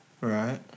Right